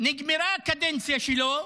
נגמרה הקדנציה שלו,